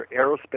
aerospace